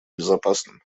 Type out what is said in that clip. безопасным